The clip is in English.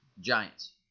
Giants